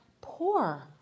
poor